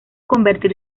convertir